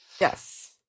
Yes